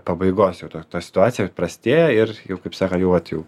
pabaigos jau ta ta situacija prastėja ir jau kaip sakant jau vat jau